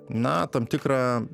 na tam tikrą